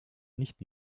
nicht